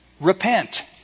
repent